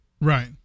Right